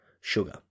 sugar